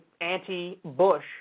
anti-Bush